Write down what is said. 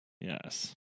Yes